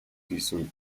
season